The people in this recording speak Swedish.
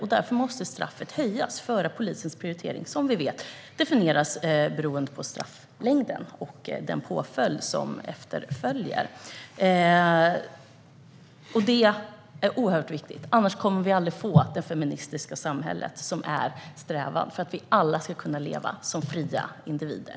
Straffen måste skärpas, eftersom polisens prioritering styrs av strafflängden och påföljden för brottet. Detta är oerhört viktigt. Annars kommer vi aldrig att få det feministiska samhälle som vi strävar emot, för att vi alla ska kunna leva som fria individer.